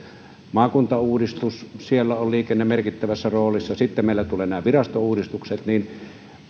maakuntauudistus siellä on liikenne merkittävässä roolissa ja kun sitten meillä tulee nämä virastouudistukset niin